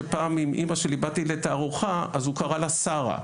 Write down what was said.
שפעם עם אמא שלי באתי לתערוכה אז הוא קרא לה שרה,